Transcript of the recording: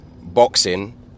boxing